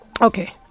Okay